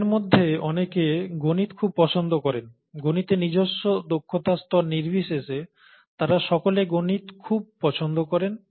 তাদের মধ্যে অনেকে গণিত খুব পছন্দ করেন গণিতে নিজস্ব দক্ষতা স্তর নির্বিশেষে তারা সকলে গণিত খুব পছন্দ করেন